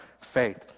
faith